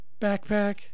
backpack